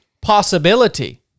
possibility